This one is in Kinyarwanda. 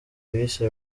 bise